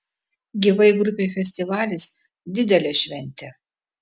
gyvai grupei festivalis didelė šventė